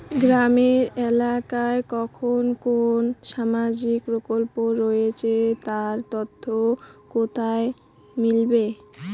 গ্রামের এলাকায় কখন কোন সামাজিক প্রকল্প রয়েছে তার তথ্য কোথায় মিলবে?